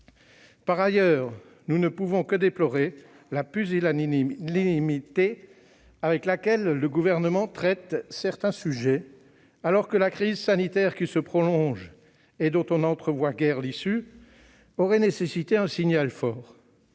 la ministre, nous ne pouvons que déplorer la pusillanimité avec laquelle le Gouvernement traite certains sujets, alors que la crise sanitaire qui se prolonge et dont on n'entrevoit guère l'issue aurait nécessité un signal fort